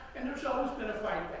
and there's always been a fight